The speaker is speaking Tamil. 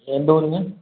எந்த ஊருங்க